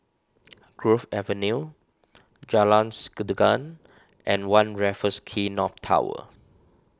Grove Avenue Jalan Sikudangan and one Raffles Quay North Tower